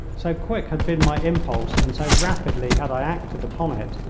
so quick had been my impulse, and so rapidly had i acted upon it,